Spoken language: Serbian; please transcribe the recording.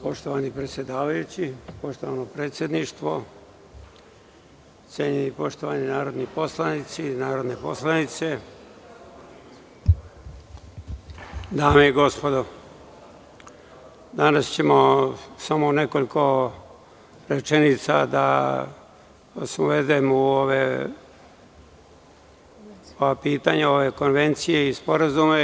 Poštovani predsedavajući, poštovano predsedništvo, cenjeni i poštovani narodni poslanici i narodne poslanice, dame i gospodo, danas ću samo u nekoliko rečenica da vas uvedem u pitanja ove konvencije i sporazume.